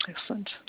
Excellent